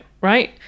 Right